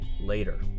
later